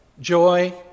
joy